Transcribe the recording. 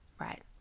Right